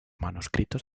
manuscritos